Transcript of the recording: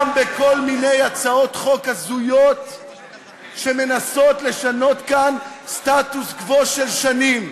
גם בכל מיני הצעות חוק הזויות שמנסות לשנות כאן סטטוס-קוו של שנים.